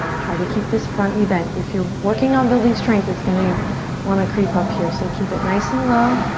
try to keep this front knee bent. if you're working on building strength, it's gonna want to creep up here so keep it nice and low.